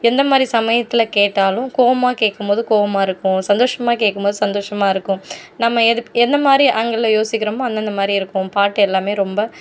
எந்தமாதிரி சமயத்தில் கேட்டாலும் கோவமாக கேட்கும் போது கோவமாக இருக்கும் சந்தோஷமாக கேட்கும் போது சந்தோஷமாக இருக்கும் நம்ம எதுக்கு எந்தமாதிரி ஆங்கிளில் யோசிக்கிறமோ அந்தந்தமாதிரி இருக்கும் பாட்டு எல்லாமே ரொம்ப